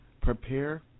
Prepare